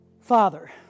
Father